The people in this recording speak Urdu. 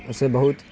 اس سے بہت